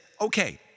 okay